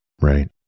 Right